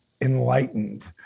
enlightened